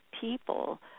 people